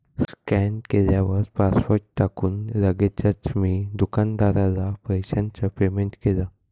scan केल्यावर password टाकून लगेचच मी दुकानदाराला पैशाचं पेमेंट केलं